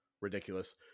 ridiculous